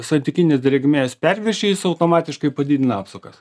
santykinės drėgmės perviršį jis automatiškai padidina apsukas